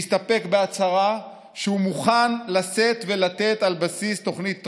והסתפק בהצהרה שהוא מוכן לשאת ולתת על בסיס תוכנית טראמפ,